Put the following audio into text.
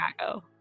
Chicago